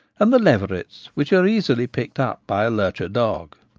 and the leverets, which are easily picked up by a lurcher dog.